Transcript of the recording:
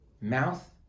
mouth